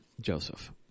Joseph